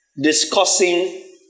discussing